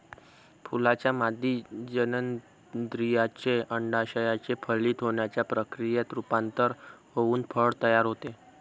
फुलाच्या मादी जननेंद्रियाचे, अंडाशयाचे फलित होण्याच्या प्रक्रियेत रूपांतर होऊन फळ तयार होते